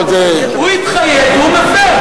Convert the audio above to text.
הוא התחייב והוא מפר.